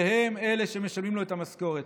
שהם שמשלמים לו את המשכורת.